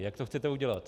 Jak to chcete udělat?